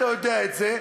ואתה יודע את זה,